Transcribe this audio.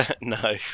No